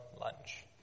lunch